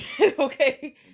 okay